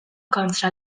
kontra